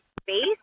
space